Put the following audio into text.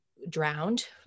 Drowned